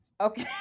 Okay